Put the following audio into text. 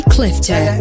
Clifton